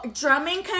drumming